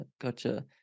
Gotcha